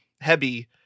heavy